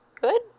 Good